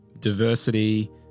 diversity